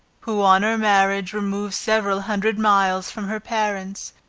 who, on her marriage, removed several hundred miles from her parents,